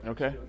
Okay